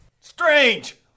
Strange